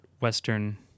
western